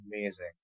amazing